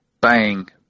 bang